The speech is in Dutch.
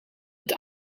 het